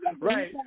Right